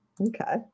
Okay